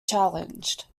challenged